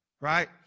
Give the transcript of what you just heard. Right